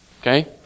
Okay